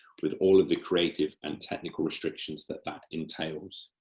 with all of the creative and technical restrictions that that entails.